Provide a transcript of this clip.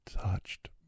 touched